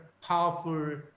powerful